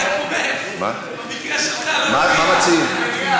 אני רק אומר, במקרה שלך, לא ברור.